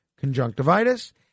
conjunctivitis